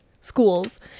schools